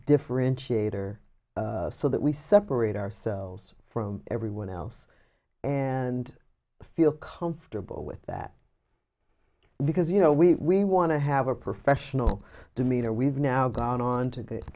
differentiator so that we separate ourselves from everyone else and feel comfortable with that because you know we want to have a professional demeanor we've now gone on to